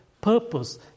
purpose